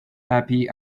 happy